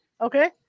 Okay